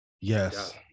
Yes